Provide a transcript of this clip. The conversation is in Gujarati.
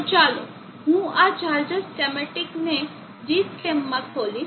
તો ચાલો હું આ ચાર્જર સ્કેમેટીક ને gSchem માં ખોલીશ